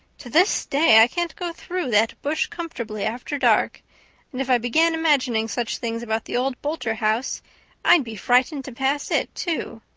to this day i can't go through that bush comfortably after dark and if i began imagining such things about the old boulter house i'd be frightened to pass it too.